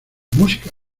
música